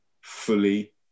fully